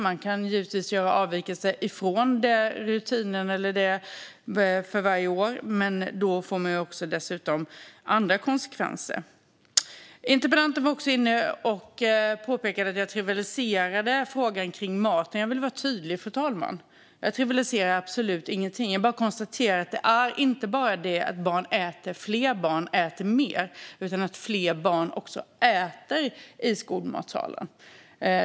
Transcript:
Man kan givetvis göra avvikelser från denna rutin för varje år, men det ger då dessutom andra konsekvenser. Interpellanten påpekade att jag trivialiserade frågan om maten. Jag vill vara tydlig, fru talman, med att jag absolut inte trivialiserar någonting. Jag bara konstaterar att det inte bara handlar om att fler barn äter mer utan också om att fler barn verkligen äter i skolmatsalen.